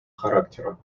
характера